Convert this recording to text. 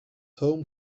home